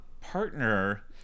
partner